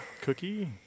cookie